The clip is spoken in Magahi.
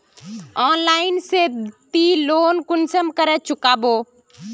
ऑनलाइन से ती लोन कुंसम करे चुकाबो?